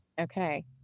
Okay